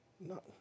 No